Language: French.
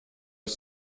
nos